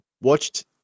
watched